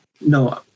no